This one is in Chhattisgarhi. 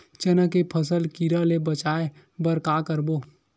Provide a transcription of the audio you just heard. चना के फसल कीरा ले बचाय बर का करबो?